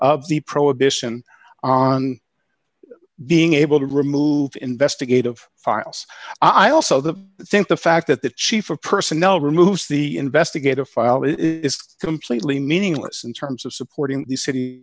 of the prohibition on being able to remove investigative files i also that think the fact that the chief of personnel removes the investigative file is completely meaningless in terms of supporting the